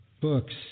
books